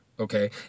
Okay